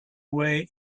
way